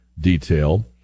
detail